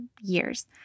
years